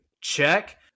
Check